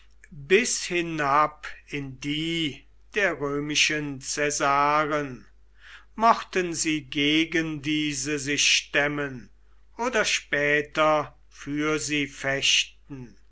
bis hinab in die der römischen caesaren mochten sie gegen diese sich stemmen oder später für sie fechten